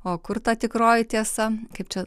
o kur ta tikroji tiesa kaip čia